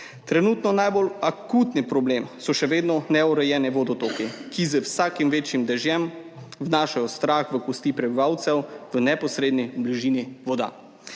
Trenutno najbolj akutni problem so še vedno neurejeni vodotoki, ki z vsakim večjim dežjem vnašajo strah v kosti prebivalcev v neposredni bližini voda.